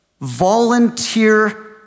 volunteer